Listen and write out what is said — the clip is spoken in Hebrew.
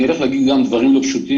אני הולך להגיד גם דברים לא פשוטים,